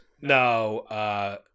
No